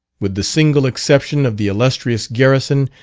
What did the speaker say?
with the single exception of the illustrious garrison,